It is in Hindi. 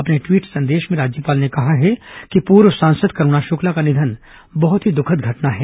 अपने ट्वीट संदेश में राज्यपाल ने कहा है कि पूर्व सांसद करूणा शुक्ला का निधन बहुत ही दुखद घटना है